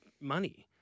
money